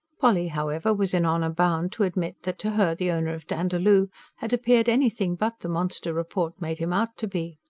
polly, however, was in honour bound to admit that to her the owner of dandaloo had appeared anything but the monster report made him out to be.